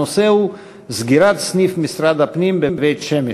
הנושא הוא: סגירת סניף משרד הפנים בבית-שמש.